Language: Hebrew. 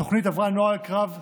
התוכנית עברה נוהל קרב סדור,